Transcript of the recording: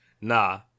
Nah